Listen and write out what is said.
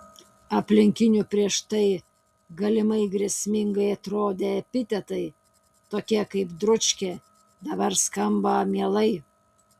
aplinkinių prieš tai galimai grėsmingai atrodę epitetai tokie kaip dručkė dabar skamba mielai